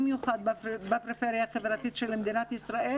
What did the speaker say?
במיוחד בפריפריה החברתית של מדינת ישראל